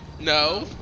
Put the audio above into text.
No